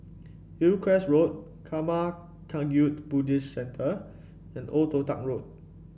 Hillcrest Road Karma Kagyud Buddhist Centre and Old Toh Tuck Road